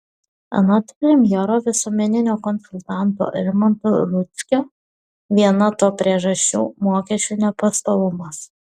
anot premjero visuomeninio konsultanto rimanto rudzkio viena to priežasčių mokesčių nepastovumas